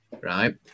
right